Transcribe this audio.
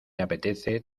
apetece